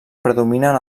predominen